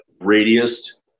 radius